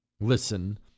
listen